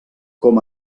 com